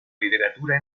literatura